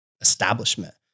establishment